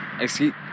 Excuse